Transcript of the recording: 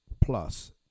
Plus